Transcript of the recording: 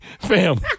Fam